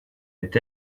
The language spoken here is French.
est